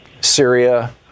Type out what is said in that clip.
syria